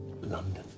London